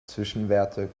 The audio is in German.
zwischenwerte